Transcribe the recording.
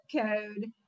code